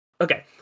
okay